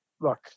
Look